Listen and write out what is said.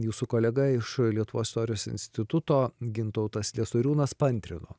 jūsų kolega iš lietuvos istorijos instituto gintautas sliesoriūnas paantrino